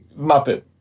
Muppet